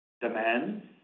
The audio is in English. demands